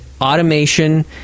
automation